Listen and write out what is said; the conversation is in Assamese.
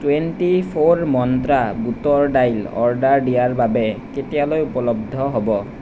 টুৱেণ্টি ফ'ৰ মন্ত্ৰা বুটৰ দাইল অৰ্ডাৰ দিয়াৰ বাবে কেতিয়ালৈ উপলব্ধ হ'ব